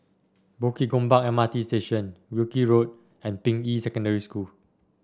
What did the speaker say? Bukit Gombak M R T Station Wilkie Road and Ping Yi Secondary School